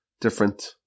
different